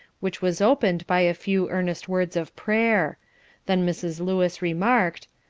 which was opened by a few earnest words of prayer then mrs. lewis remarked,